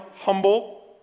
humble